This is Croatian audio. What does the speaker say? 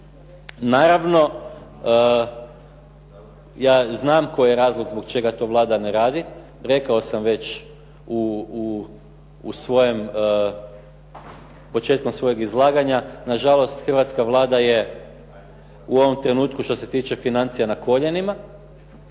Naravno, ja znam koji je razlog zbog čega to Vlada ne radi. Rekao sam već u svojem, početkom svojeg izlaganja. Nažalost, hrvatska Vlada je u ovom trenutku što se tiče financija na koljenima